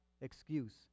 excuse